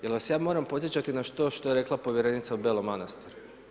Jel vas ja moram podsjećati na to što je rekla povjerenica u Belom Manastiru?